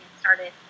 started